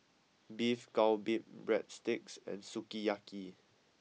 Beef Galbi Breadsticks and Sukiyaki